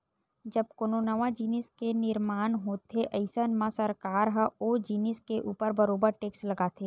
जब कोनो नवा जिनिस के निरमान होथे अइसन म सरकार ह ओ जिनिस के ऊपर बरोबर टेक्स लगाथे